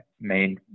main